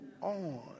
on